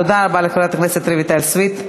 תודה רבה לחברת הכנסת רויטל סויד.